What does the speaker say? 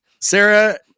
Sarah